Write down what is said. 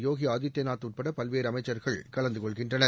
யோகி ஆதித்யநாத் உள்பட பல்வேறு அமைச்சர்கள் கலந்து கொள்கின்றனர்